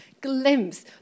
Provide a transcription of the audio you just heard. glimpse